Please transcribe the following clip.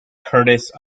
curtis